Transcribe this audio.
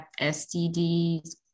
STDs